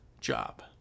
job